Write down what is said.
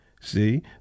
See